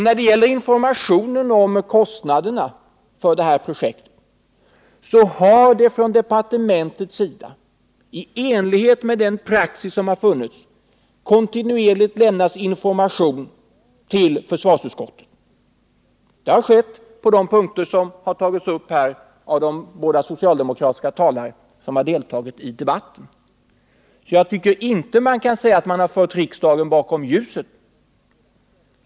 När det gäller informationen om kostnaderna för detta projekt har det från departementets sida, i enlighet med praxis, kontinuerligt lämnats information till försvarsutskottet. Det har skett på de punkter som har tagits upp här av de båda socialdemokratiska talare som deltagit i debatten. Jag tycker inte man kan säga att riksdagen har förts bakom ljuset.